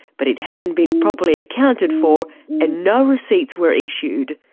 but it hadn't been properly accounted for and no receipts were issued.